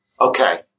Okay